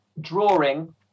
Drawing